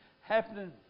happening